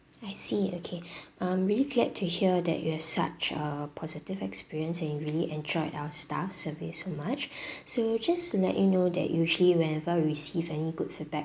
I see okay I'm really glad to hear that you have such a positive experience and really enjoyed our staff's service so much so just to let you know that usually whenever we receive any good feedback